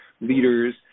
leaders